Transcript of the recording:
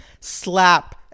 slap